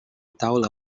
taula